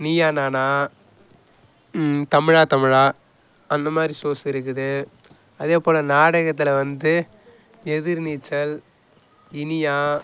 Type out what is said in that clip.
நீயா நானா தமிழா தமிழா அந்த மாதிரி ஷோஸ் இருக்குது அதே போல் நாடகத்தில் வந்து எதிர்நீச்சல் இனியா